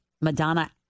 Madonna